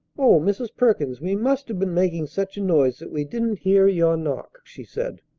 o mrs. perkins, we must have been making such a noise that we didn't hear your knock, she said.